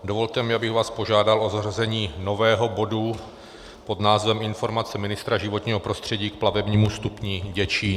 Dovolte mi, abych vás požádal o zařazení nového bodu pod názvem Informace ministra životního prostředí k plavebnímu stupni Děčín.